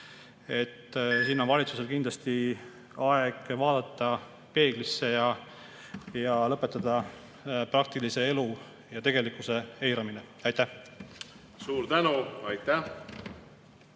peale. Valitsusel on kindlasti aeg vaadata peeglisse ja lõpetada praktilise elu ja tegelikkuse eiramine. Aitäh! Suur tänu! Aitäh!